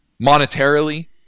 monetarily